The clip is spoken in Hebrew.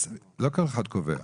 לא כל אחד קובע.